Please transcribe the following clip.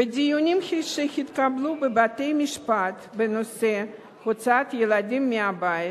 בדיונים שהתקיימו בבתי-המשפט בנושא הוצאת ילדים מהבית